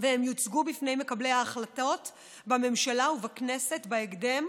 והם יוצגו בפני מקבלי ההחלטות בממשלה ובכנסת בהקדם,